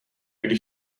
když